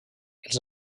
els